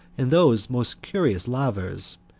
and those most curious lavers,